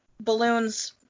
balloons